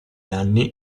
anni